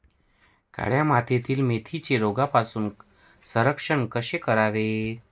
काळ्या मातीतील मेथीचे रोगापासून संरक्षण कसे करावे?